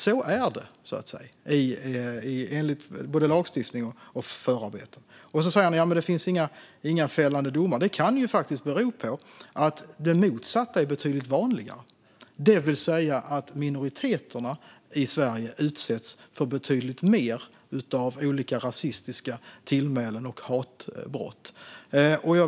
Så är det enligt både lagstiftning och förarbeten. Mikael Strandman säger att det inte finns några fällande domar. Det kan ju faktiskt bero på att det motsatta är betydligt vanligare, det vill säga att minoriteterna i Sverige utsätts för betydligt fler rasistiska tillmälen och hatbrott.